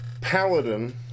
paladin